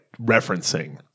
referencing